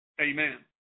Amen